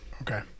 Okay